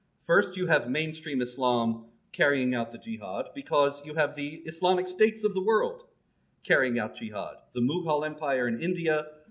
first you have mainstream islam carrying out the jihad because you have the islamic states of the world carrying out jihad, the mughal empire in india,